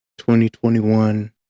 2021